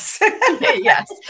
yes